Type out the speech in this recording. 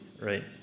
right